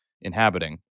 inhabiting